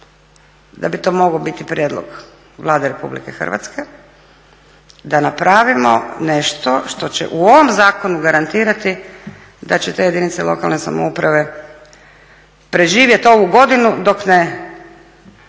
da bi to mogao biti prijedlog Vlade RH da napravimo nešto što će u ovom zakonu garantirati da će te jedinice lokalne samouprave preživjeti ovu godinu dok ne